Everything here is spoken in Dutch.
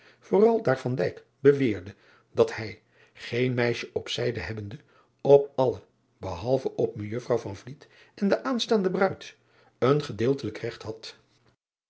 vooral daar beweerde dat hij geen meisje op zijde hebbende op alle behalve op ejuffr en de aanstaande ruid een gedeeltelijk regt had